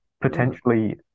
Potentially